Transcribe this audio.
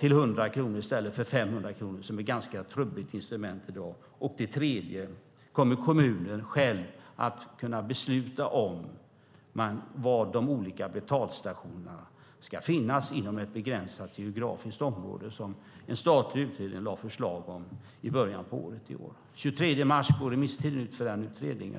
till 100 kronor i stället för 500 kronor, som är ett ganska trubbigt instrument i dag? Kommer kommunen själv att kunna besluta var de olika betalstationerna ska finnas inom ett begränsat geografiskt område, så som en statlig utredning lade fram förslag på i början av året? Den 23 mars gick remisstiden ut för denna utredning.